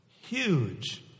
Huge